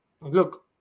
look